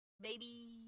Baby